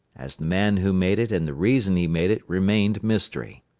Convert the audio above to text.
as the man who made it and the reason he made it remained mystery.